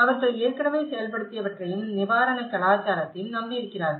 அவர்கள் ஏற்கனவே செயல்படுத்தியவற்றையும் நிவாரண கலாச்சாரத்தையும் நம்பியிருக்கிறார்கள்